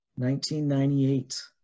1998